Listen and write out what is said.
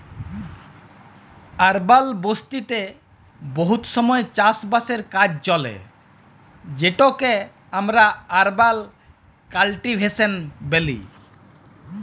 আরবাল বসতিতে বহুত সময় চাষ বাসের কাজ চলে যেটকে আমরা আরবাল কাল্টিভেশল ব্যলি